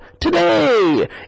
today